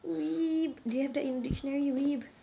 weeb do you have that in the dictionary weeb